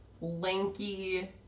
lanky